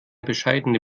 bescheidene